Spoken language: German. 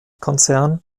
konzern